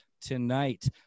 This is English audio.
tonight